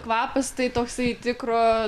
kvapas tai toksai tikro